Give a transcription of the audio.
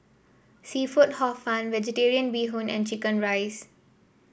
seafood Hor Fun vegetarian Bee Hoon and chicken rice